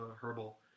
herbal